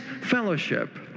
fellowship